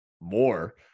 more